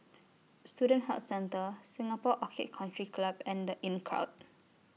Student Health Centre Singapore Orchid Country Club and The Inncrowd